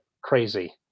crazy